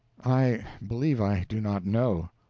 i believe i do not know.